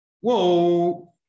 Whoa